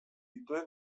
dituen